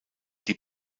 die